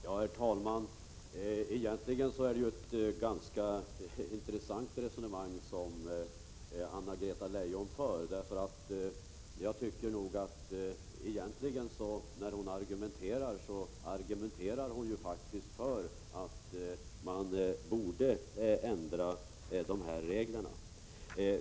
Herr talman! Det är ett ganska intressant resonemang som Anna-Greta Leijon för — hon argumenterar egentligen för att reglerna borde ändras.